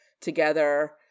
together